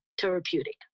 therapeutic